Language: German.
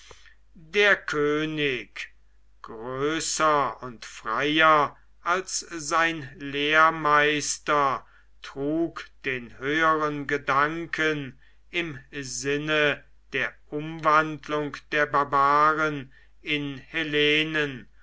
der könig größer und freier als sein lehrmeister trug den höheren gedanken im sinne der umwandlung der barbaren in hellenen